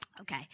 Okay